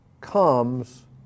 comes